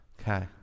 Okay